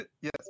Yes